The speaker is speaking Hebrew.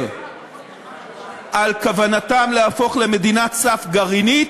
על כוונתם להפוך למדינת סף גרעינית,